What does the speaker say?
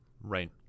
Right